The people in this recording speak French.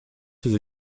ses